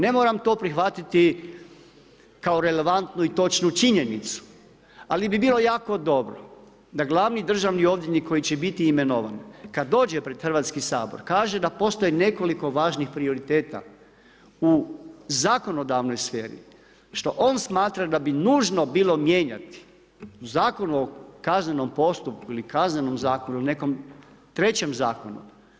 Ne moram to prihvatiti kao relevantnu i točnu činjenicu, ali bi bilo jako dobro da glavni državni odvjetnik koji će biti imenovan, kad dođe pred Hrvatski sabor kaže da postoje nekoliko važnih prioriteta u zakonodavnoj sferi što on smatra da bi nužno bilo mijenjati u Zakonu o kaznenom postupku ili Kaznenom zakonu ili nekom trećem zakonu.